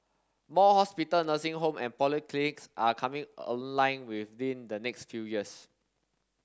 more hospital nursing home and polyclinics are coming online within the next few years